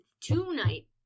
tonight